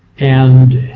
and